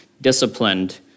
disciplined